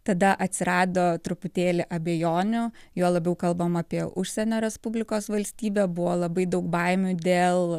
tada atsirado truputėlį abejonių juo labiau kalbama apie užsienio respublikos valstybę buvo labai daug baimių dėl